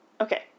Okay